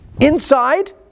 inside